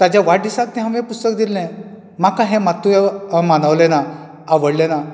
ताच्या वाडदिसाक तें पुस्तक हांवें दिल्ले म्हाका हे मातूय मानवलें ना आवडलें ना